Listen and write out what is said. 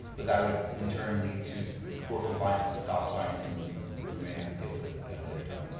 but that would in turn lead to poor compliance with the stop signs and we may have to deal with it at a later time.